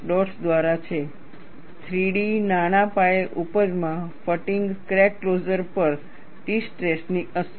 Dodds દ્વારા છે 3D નાના પાયે ઉપજમાં ફટીગ ક્રેક ક્લોઝર પર ટી સ્ટ્રેસની અસર